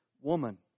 woman